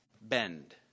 bend